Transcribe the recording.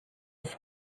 his